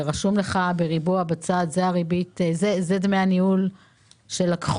ורשום בריבוע בצד שאלה דמי הניהול שגבו,